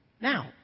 now